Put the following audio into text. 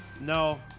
No